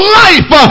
life